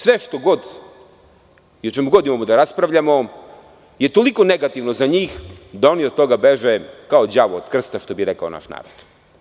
Sve što god i o čemu god ovde raspravljamo je toliko negativno za njih, da oni od toga beže kao đavo od krsta, što bi rekao naš narod.